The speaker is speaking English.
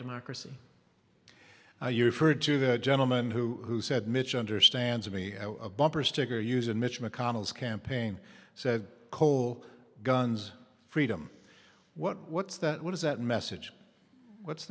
democracy you referred to the gentleman who said mitch understands me a bumper sticker using mitch mcconnell's campaign so coal guns freedom what what's that what is that message what's